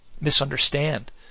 misunderstand